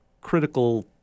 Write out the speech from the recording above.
critical